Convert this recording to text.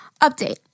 Update